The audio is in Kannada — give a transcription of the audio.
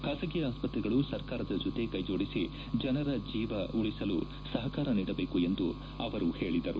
ಖಾಸಗಿ ಆಸ್ಪತ್ರೆಗಳು ಸರ್ಕಾರದ ಜೊತೆ ಕೈಜೋಡಿಸಿ ಜನರ ಜೀವ ಉಳಿಸಲು ಸಹಕಾರ ನೀಡಬೇಕು ಎಂದು ಅವರು ಹೇಳಿದರು